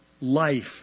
life